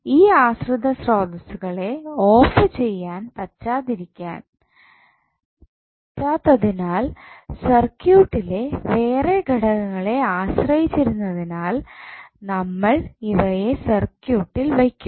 ഈ ആശ്രിത സ്രോതസ്സുകളെ ഓഫ് ചെയ്യാൻ പറ്റാത്തതിനാൽ സർക്യൂട്ടിലെ വേറെ ഘടകങ്ങളെ ആശ്രയിച്ചിരിക്കുന്നതിനാൽ നമ്മൾ ഇവയെ സർക്യൂട്ടിൽ വെയ്ക്കും